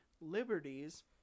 liberties